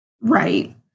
Right